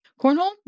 Cornhole